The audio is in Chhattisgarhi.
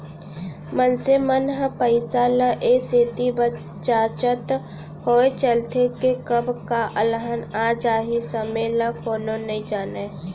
मनसे मन ह पइसा ल ए सेती बचाचत होय चलथे के कब का अलहन आ जाही समे ल कोनो नइ जानयँ